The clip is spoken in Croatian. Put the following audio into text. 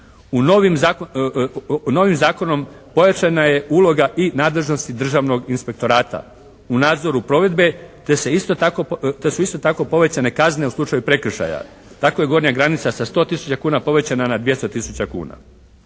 novim zakonom pojačana je uloga i nadležnosti državnog inspektorata u nadzoru provedbe te su isto tako povećane kazne u slučaju prekršaja. Tako je gornja granica sa 100 tisuća kuna povećana na 200 tisuća kuna.